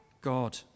God